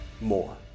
more